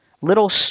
Little